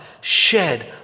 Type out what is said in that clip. shed